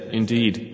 indeed